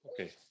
okay